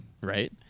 right